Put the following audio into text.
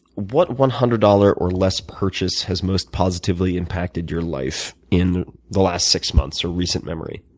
what one hundred dollars or less purchase has most positively impacted your life in the last six months or recent memory?